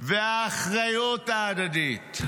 והאחריות ההדדית?"